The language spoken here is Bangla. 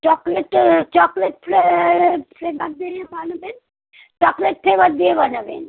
চকলেট চকলেট ফ্লে আরে ফ্লেবার দিয়ে বানাবেন চকলেট ফ্লেবার দিয়ে বানাবেন